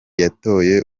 yatoye